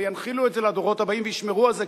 וינחילו את זה לדורות הבאים וישמרו על זה,